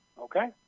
okay